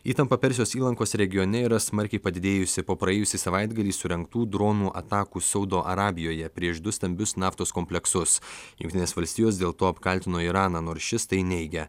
įtampa persijos įlankos regione yra smarkiai padidėjusi po praėjusį savaitgalį surengtų dronų atakų saudo arabijoje prieš du stambius naftos kompleksus jungtinės valstijos dėl to apkaltino iraną nors šis tai neigia